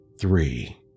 three